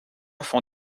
font